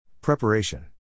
Preparation